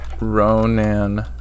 Ronan